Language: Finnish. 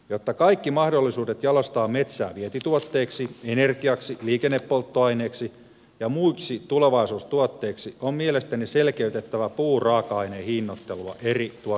jotta olisi kaikki mahdollisuudet jalostaa metsää vientituotteiksi energiaksi liikennepolttoaineeksi ja muiksi tulevaisuustuotteiksi on mielestäni selkeytettävä puuraaka aineen hinnoittelua eri tuotantolinjoille